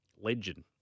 Legend